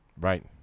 right